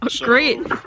great